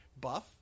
buff